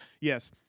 yes